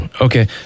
Okay